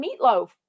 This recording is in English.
meatloaf